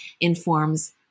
informs